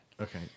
okay